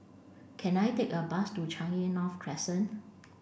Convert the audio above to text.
can I take a bus to Changi North Crescent